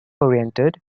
oriented